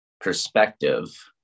perspective